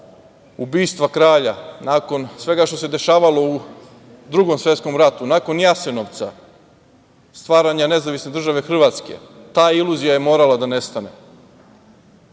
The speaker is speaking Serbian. ubistva kralja, nakon svega što se dešavalo u Drugom svetskom ratu, nakon Jasenovca, stvaranja nezavisne države Hrvatske, ta iluzija je morala da nestane. Moguće